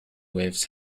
waves